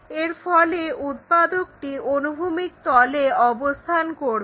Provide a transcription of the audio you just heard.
এরফলে উৎপাদকটি অনুভূমিক তলে অবস্থান করবে